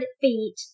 feet